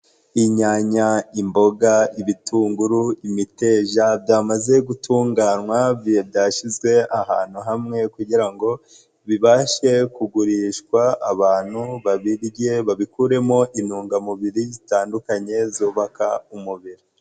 Inyanya, imboga, ibitunguru, imiteja byamaze gutunganywa byashyizwe ahantu hamwe kugira ngo bibashe kugurishwa abantu babirye, babikuremo intungamubiri zitandukanye zubaka umubiri.